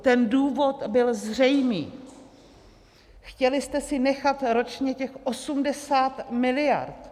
Ten důvod byl zřejmý chtěli jste si nechat ročně těch 80 miliard.